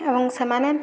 ଏବଂ ସେମାନେ